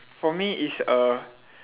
for me it's a